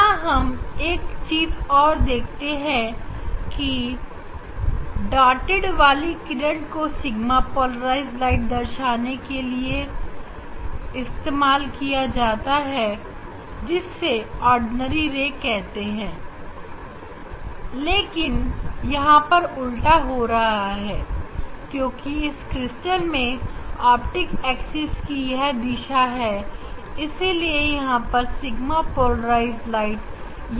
यहां हम देखते हैं की यह बिंदु वाली किरण को सिगमा पोलराइज लाइट दर्शाने के लिए इस्तेमाल किया जाता है जिसे ऑर्डिनरी रे कहते हैं लेकिन यहां पर उल्टा हो रहा है क्योंकि इस क्रिस्टल में ऑप्टिक एक्सिस कि यह दिशा है इसीलिए यहां पर सिग्मा पोलराइज्ड है